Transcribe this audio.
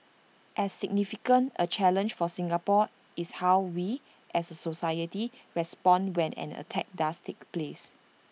as significant A challenge for Singapore is how we as A society respond when an attack does take place